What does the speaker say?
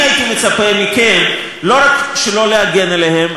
אני הייתי מצפה מכם לא רק שלא להגן עליהם,